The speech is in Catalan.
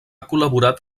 col·laborat